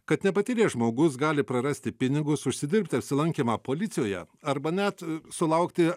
kad nepatyręs žmogus gali prarasti pinigus užsidirbti apsilankymą policijoje arba net sulaukti